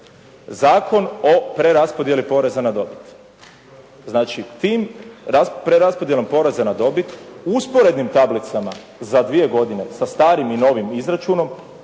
Zakon o preraspodjeli poreza na dobit, znači tim preraspodjelom poreza na dobit u usporednim tablicama za dvije godine sa starim i novim izračunom,